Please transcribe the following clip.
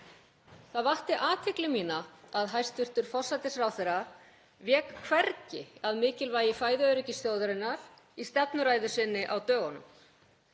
Það vakti athygli mína að hæstv. forsætisráðherra vék hvergi að mikilvægi fæðuöryggis þjóðarinnar í stefnuræðu sinni á dögunum.